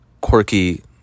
quirky